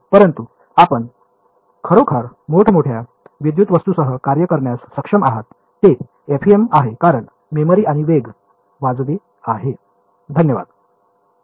परंतु आपण खरोखर मोठ मोठ्या विद्युत वस्तूंसह कार्य करण्यास सक्षम आहात ते FEM आहे कारण मेमरी आणि वेग वाजवी आहे